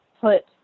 put